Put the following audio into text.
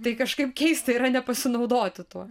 tai kažkaip keista yra nepasinaudoti tuo